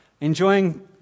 enjoying